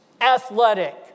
athletic